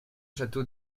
château